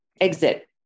exit